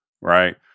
right